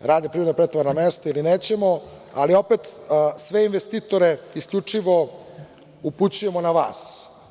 rade privremena pritovarna mesta ili nećemo, ali opet sve investitore isključivo upućujemo na vas.